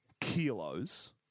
kilos